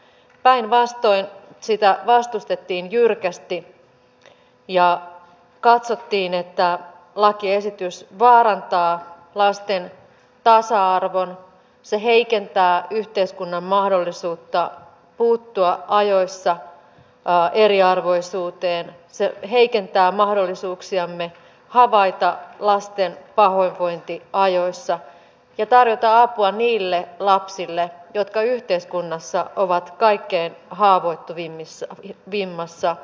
päinvastoin sitä vastustettiin jyrkästi ja katsottiin että lakiesitys vaarantaa lasten tasa arvon se heikentää yhteiskunnan mahdollisuutta puuttua ajoissa eriarvoisuuteen se heikentää mahdollisuuksiamme havaita lasten pahoinvointi ajoissa ja tarjota apua niille lapsille jotka yhteiskunnassa ovat kaikkein haavoittuvimmassa asemassa